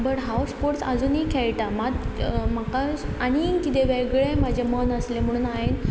but हांव sports आजुनूय खेळटा मात म्हाका आनी किदें वेगळें म्हाजें मन आसलें म्हणून हांवें